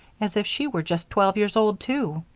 as if she were just twelve years old, too.